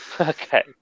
Okay